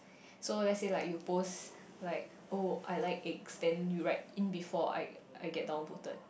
so let's say like you post like oh I like eggs then you write in before I I get down voted